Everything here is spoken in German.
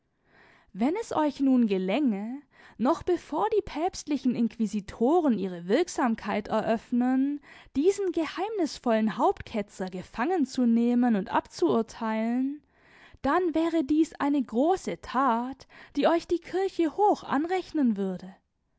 wenn es euch nun gelänge noch bevor die päpstlichen inquisitoren ihre wirksamkeit eröffnen diesen geheimnisvollen hauptketzer gefangen zu nehmen und abzuurteilen dann wäre dies eine große tat die euch die kirche hoch anrechnen würde